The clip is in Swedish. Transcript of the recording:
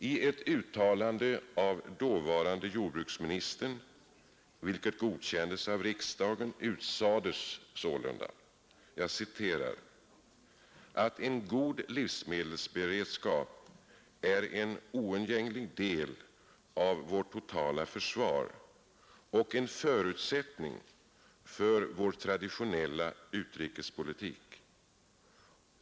I ett uttalande av dåvarande jordbruksministern, vilket godkändes av riksdagen, utsades sålunda ”att en god livsmedelsberedskap är en oundgänglig del av vårt totala försvar och en förutsättning för vår traditionella neutralitetspolitik.